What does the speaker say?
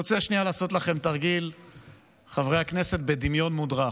אני רוצה שנייה לעשות לכם תרגיל בדמיון מודרך.